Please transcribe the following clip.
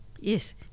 Yes